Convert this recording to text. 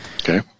Okay